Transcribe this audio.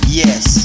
yes